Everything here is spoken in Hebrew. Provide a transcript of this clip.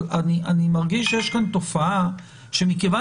אבל אני מרגיש שיש כאן תופעה שמכיוון